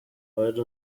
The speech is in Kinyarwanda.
wari